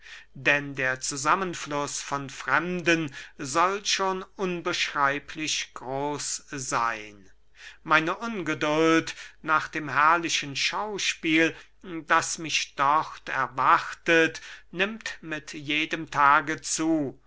denn der zusammenfluß von fremden soll schon unbeschreiblich groß seyn meine ungeduld nach dem herrlichen schauspiel das mich dort erwartet nimmt mit jedem tage zu